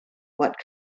what